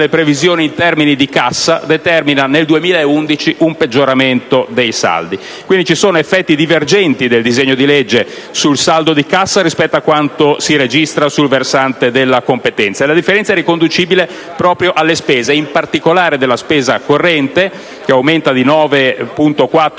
previsioni in termini di cassa determina nel 2011 un peggioramento dei saldi. Quindi ci sono effetti divergenti del disegno di legge sul saldo di cassa rispetto a quanto si registra sul versante della competenza. La differenza è riconducibile proprio al lato della spesa, in particolare della spesa corrente (che aumenta di 9,4